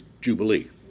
jubilee